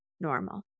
normal